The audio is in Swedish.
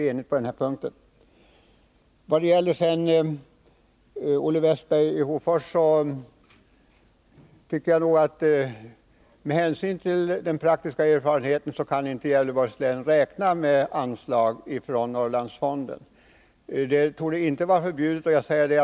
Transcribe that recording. Vad sedan gäller Olle Westbergs i Hofors anförande vill jag säga att Gävleborgs län, med tanke på den praktiska erfarenheten hittills, inte kan räkna med anslag från Norrlandsfonden.